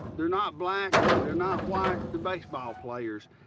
they're not black and they're not white. they're baseball players.